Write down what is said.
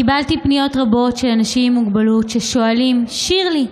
קיבלתי פניות רבות של אנשים עם מוגבלות ששואלים: שירלי,